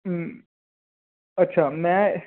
ਅੱਛਾ ਮੈਂ